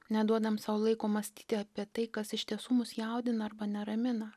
neduodam sau laiko mąstyti apie tai kas iš tiesų mus jaudina arba neramina